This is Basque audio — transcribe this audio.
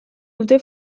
dute